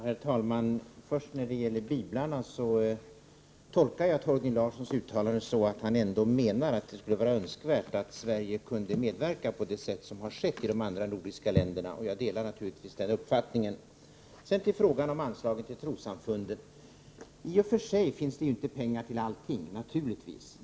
Herr talman! När det gäller biblarna tolkar jag Torgny Larssons uttalande så att han ändå menar att det skulle vara önskvärt att Sverige kunde medverka på det sätt som skett i de andra nordiska länderna, och jag delar naturligtvis den uppfattningen. Sedan till frågan om anslaget till trossamfunden. I och för sig finns det inte pengar till allting, naturligtvis.